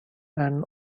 and